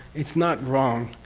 it's not wrong.